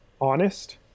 honest